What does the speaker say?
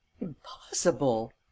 Impossible